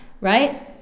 right